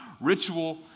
ritual